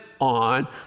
on